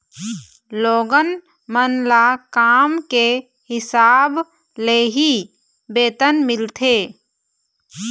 लोगन मन ल काम के हिसाब ले ही वेतन मिलथे